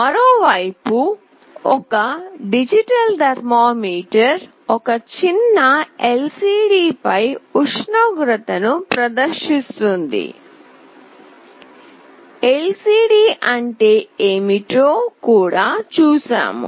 మరోవైపు ఒక digital thermometer ఒక చిన్న LCD పై ఉష్ణోగ్రతను ప్రదర్శిస్తుంది LCD అంటే ఏమిటో కూడా చూశాము